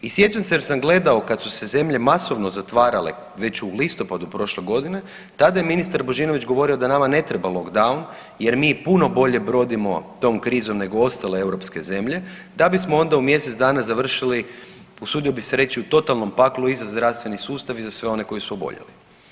I sjećam se jer sam gledao kad su se zemlje masovno zatvarale već u listopadu prošle godine, tada je ministar Božinović govorio da nama ne treba lockdown jer mi puno bolje brodimo tom krizom nego ostale EU zemlje, da bismo onda u mjesec dana završili, usudio bih se reći u totalnom paklu i za zdravstveni sustav i za sve one koji su oboljeli.